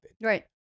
Right